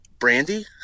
Brandy